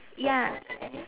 ya